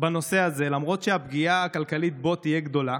בנושא הזה, למרות שהפגיעה הכלכלית בו תהיה גדולה.